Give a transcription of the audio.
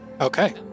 Okay